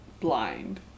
blind